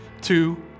two